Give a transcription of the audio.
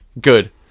Good